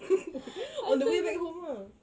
on the way back home ah